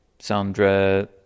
sandra